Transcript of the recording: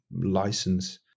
license